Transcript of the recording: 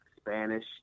Spanish